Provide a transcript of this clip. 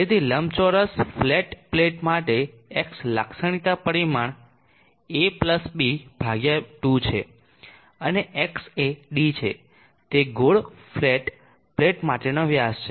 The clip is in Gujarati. તેથી લંબચોરસ ફ્લેટ પ્લેટ માટે X લાક્ષણિકતા પરિમાણ ab2 છે અને X એ d છે તે ગોળ ફ્લેટ પ્લેટ માટેનો વ્યાસ છે